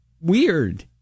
weird